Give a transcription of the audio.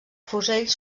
fusell